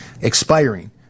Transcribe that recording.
expiring